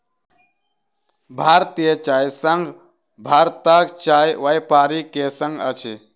भारतीय चाय संघ भारतक चाय व्यापारी के संग अछि